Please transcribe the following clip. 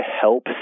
help